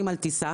על טיסה,